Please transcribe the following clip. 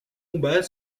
combat